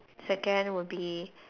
second would be